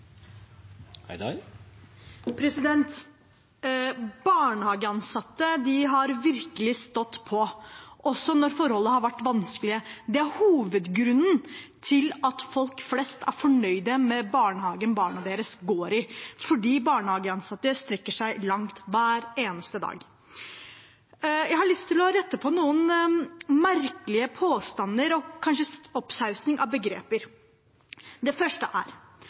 hovedgrunnen til at folk flest er fornøyd med barnehagen barna deres går i. De barnehageansatte strekker seg langt hver eneste dag. Jeg har lyst til å rette på noen merkelige påstander og kanskje en sammensausing av begreper. Det første er: